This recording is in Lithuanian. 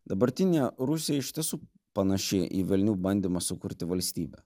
dabartinė rusija iš tiesų panaši į velnių bandymą sukurti valstybę